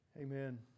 Amen